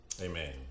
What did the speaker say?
Amen